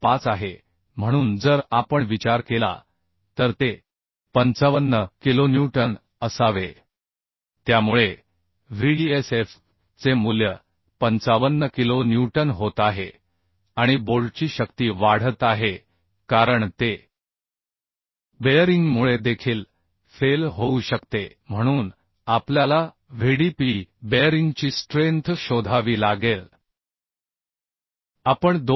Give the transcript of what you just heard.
25 आहे म्हणून जर आपण विचार केला तर ते 55 किलोन्यूटन असावे त्यामुळे Vdsf चे मूल्य 55 किलो न्यूटन होत आहे आणि बोल्टची शक्ती वाढत आहे कारण ते बेअरिंगमुळे देखील फेल होऊ शकते म्हणून आपल्याला Vdpb बेअरिंगची स्ट्रेंथ शोधावी लागेल आपण 2